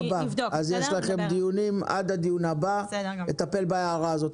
אז יש לכם דיונים עד הדיון הבא לטפל בהערה הזאת.